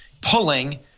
pulling